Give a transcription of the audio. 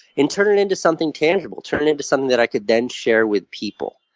and turn it into something tangible, turn it into something that i could then share with people.